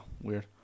weird